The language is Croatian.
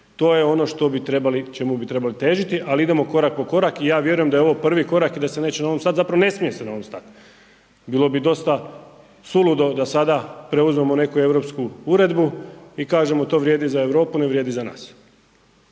bi trebali, čemu bi trebali težiti ali idemo korak po korak i ja vjerujem da ovo prvi korak i da se neće na ovom sad zapravo, ne smije se na ovom stat. Bilo bi dosta suludo da sada preuzmemo neku europsku uredbu i kažemo to vrijedi za Europu, ne vrijedi za nas.